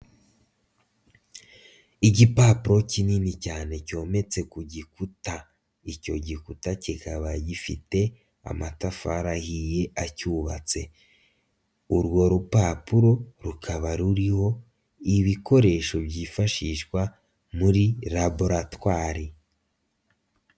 Igipapuro kinini cyane cyometse ku gikuta, icyo gikuta kikaba gifite amatafari ahiye acyubatse, urwo rupapuro rukaba ruriho ibikoresho byifashishwa muri laburatwari.